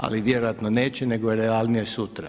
Ali vjerojatno neće, nego je realnije sutra.